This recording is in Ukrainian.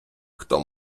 хто